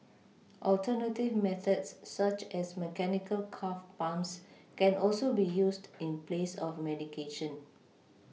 alternative methods such as mechanical calf pumps can also be used in place of medication